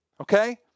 Okay